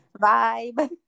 vibe